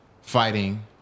fighting